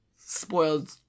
spoiled